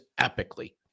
epically